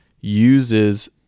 uses